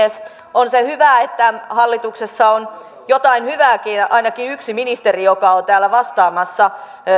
on se hyvä että hallituksessa on jotain hyvääkin ainakin yksi ministeri joka on täällä vastaamassa